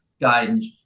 Guidance